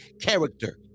character